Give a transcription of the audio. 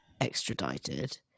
extradited